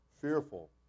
fearful